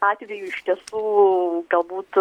atveju iš tiesų galbūt